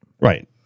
Right